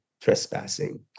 trespassing